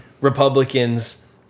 Republicans